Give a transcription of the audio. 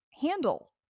handle